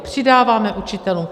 Přidáváme učitelům.